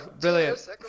Brilliant